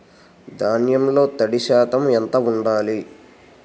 ధాన్యంలో తడి శాతం ఎంత ఉండాలి?